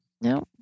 No